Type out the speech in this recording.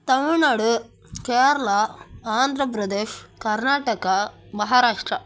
Tamil Nadu Kerala Andhra Pradesh Karnataka Maharashtra